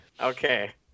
Okay